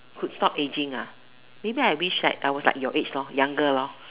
could stop aging ah maybe I wish like I was your age lor younger lor